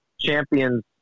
champions –